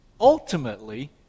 Ultimately